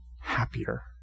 happier